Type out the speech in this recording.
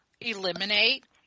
eliminate